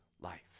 life